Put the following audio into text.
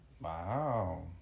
Wow